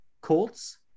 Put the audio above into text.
Colts